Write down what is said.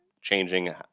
changing